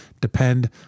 depend